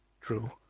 True